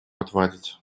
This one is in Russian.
отвадить